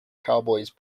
cowboys